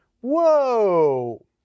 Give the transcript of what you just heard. Whoa